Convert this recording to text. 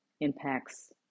impacts